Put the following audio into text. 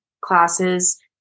classes